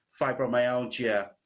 fibromyalgia